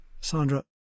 Sandra